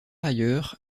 ailleurs